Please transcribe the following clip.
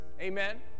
Amen